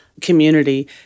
community